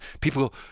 people